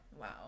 Wow